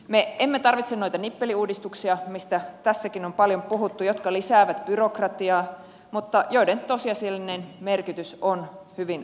me emme tarvitse noita nippeliuudistuksia joista tässäkin on paljon puhuttu jotka lisäävät byrokratiaa mutta joiden tosiasiallinen merkitys on hyvin ontuva